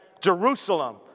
Jerusalem